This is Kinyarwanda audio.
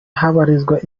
habarizwa